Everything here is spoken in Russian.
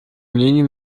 мнений